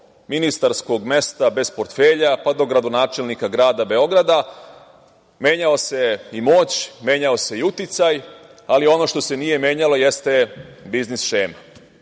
ministarskog mesta bez portfelja, pa do gradonačelnika grada Beograda. Menjala se i moć, menjao se i uticaj, ali ono što se nije menjalo jeste biznis šema,